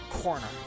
corner